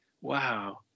Wow